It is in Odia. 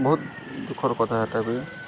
ବହୁତ ଦୁଃଖର କଥା ହେତାବି